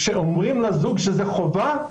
שכשאומרים לזוג שזה חובה,